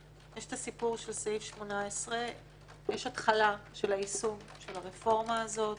שיש שאת הסיפור של סעיף 18. יש התחלה של היישום של הרפורמה הזאת,